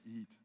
eat